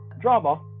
drama